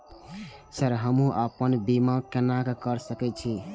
Sir हमू अपना बीमा केना कर सके छी?